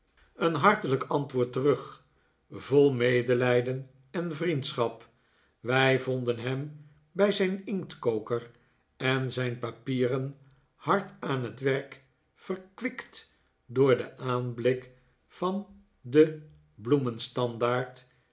een hartelijk antwoord terug vol medelijden en vriendschap wij vonden hem bij zijn inktkoker en zijn papieren hard aan t werk verkwikt door den aanjblik van den